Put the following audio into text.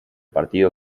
partido